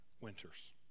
winters